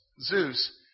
Zeus